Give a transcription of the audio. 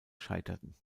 scheiterten